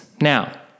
Now